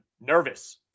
nervous